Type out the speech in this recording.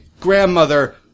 grandmother